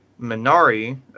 Minari